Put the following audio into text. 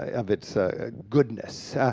of its ah goodness.